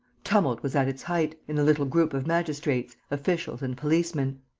tumult was at its height, in the little group of magistrates, officials and policemen.